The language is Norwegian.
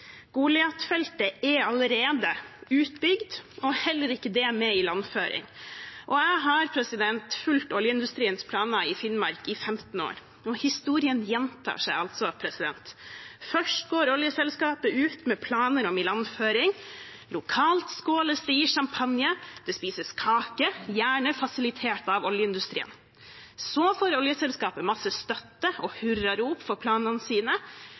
Jeg har fulgt oljeindustriens planer i Finnmark i 15 år, og historien gjentar seg. Først går oljeselskapet ut med planer om ilandføring. Lokalt skåles det i champagne, og det spises kake, gjerne fasilitert av oljeindustrien. Så får oljeselskapet masse støtte og hurrarop for planene sine.